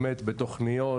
בתוכניות,